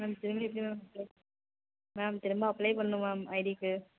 ma'am திரும்பி எப்படி ma'am ma'am திரும்ப அப்ளை பண்ணும் மேம் ஐடிக்கு